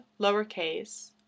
lowercase